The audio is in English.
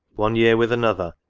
one year with another,